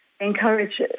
encourage